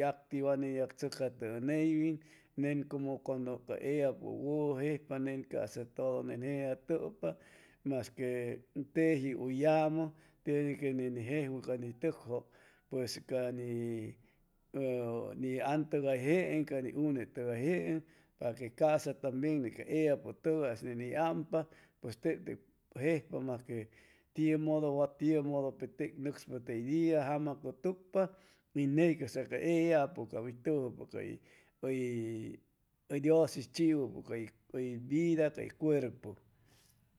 yacti wa tsucjatuwa neywin nen como cuando ca ellapu wuju jejpa nen casa tudu nen jejatupa mas que teji u yumu tiene que tuwan jejuwu ca ni tucju pues ca ni antugay jeen ca ni une tugay jeen pa que casa tambien ca ellapu tugay ney nis ampa pues teb te jejpa mas que tiu mudu wa tiu mudu pe teb nucspa tey dia jamacotucpa y ney casa ca ella pu cab uy tujupa cay uy uy dios uy chiwu cay uy vida cay cuperpu.